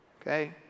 okay